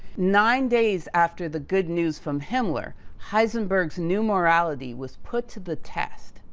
nine days after the good news from himmler, heisenberg's new morality was put to the test.